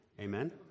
Amen